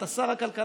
אתה שר הכלכלה,